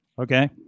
Okay